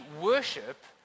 worship